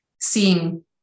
seeing